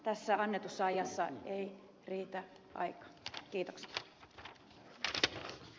tässä annetussa ajassa ei riitä aika